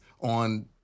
on